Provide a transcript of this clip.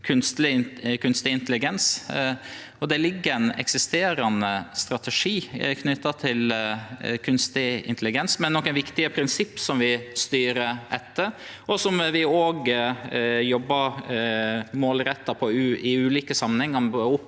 kunstig intelligens. Det ligg ein eksisterande strategi for kunstig intelligens, med nokre viktige prinsipp som vi styrer etter, og som vi jobbar målretta etter i ulike samanhengar,